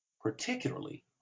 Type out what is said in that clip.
particularly